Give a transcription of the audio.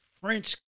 French